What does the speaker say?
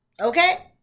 Okay